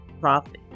profit